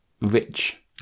rich